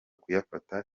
kuyafata